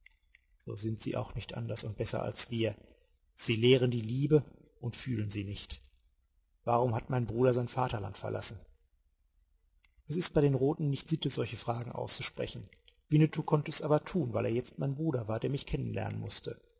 so sind sie auch nicht anders und besser als wir sie lehren die liebe und fühlen sie nicht warum hat mein bruder sein vaterland verlassen es ist bei den roten nicht sitte solche fragen auszusprechen winnetou konnte es aber tun weil er jetzt mein bruder war der mich kennen lernen mußte